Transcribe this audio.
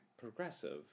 progressive